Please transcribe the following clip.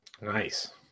Nice